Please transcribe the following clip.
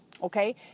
Okay